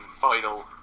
final